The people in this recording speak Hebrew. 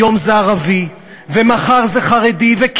היום זה ערבי ומחר זה חרדי, וכן,